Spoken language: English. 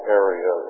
area